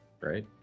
right